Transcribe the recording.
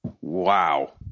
Wow